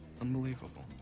Unbelievable